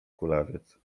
kulawiec